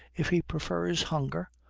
if he prefers hunger,